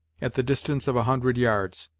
at the distance of a hundred yards.